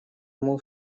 ему